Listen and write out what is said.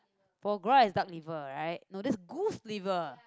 foie gras is duck liver right no this is goose liver